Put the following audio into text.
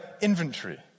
inventory